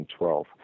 2012